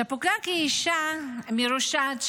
שפוקלאק היא אישה מרושעת,